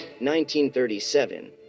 1937